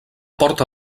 porta